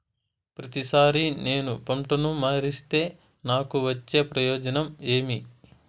ప్రతిసారి నేను పంటను మారిస్తే నాకు వచ్చే ప్రయోజనం ఏమి?